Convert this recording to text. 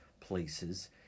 places